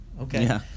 okay